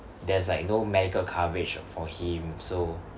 there's like no medical coverage for him so